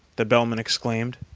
the bellman exclaimed,